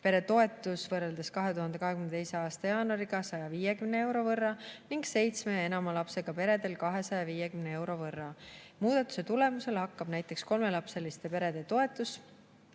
pere toetus võrreldes 2022. aasta jaanuariga 150 euro võrra ning seitsme ja enama lapsega peredel 250 euro võrra. Muudatuse tulemusel hakkab näiteks kolmelapseliste perede toetus